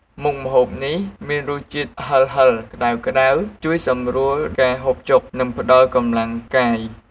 មុខម្ហូបនេះមានរសជាតិហឹរៗ ក្ដៅៗ ជួយសម្រួលការហូបចុក និងផ្តល់កម្លាំងកាយ។